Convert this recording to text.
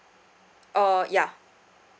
uh ya